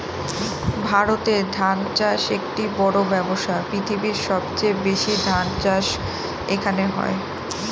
ভারতে ধান চাষ একটি বড়ো ব্যবসা, পৃথিবীর সবচেয়ে বেশি ধান চাষ এখানে হয়